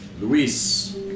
Luis